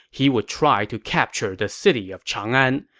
he would try to capture the city of chang'an,